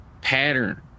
pattern